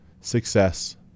success